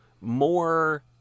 more